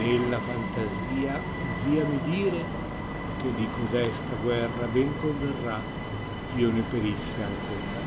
nella fantasia udiamt dire che di cotesta guerra ben converrà eh io ne perisse antera